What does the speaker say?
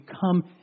come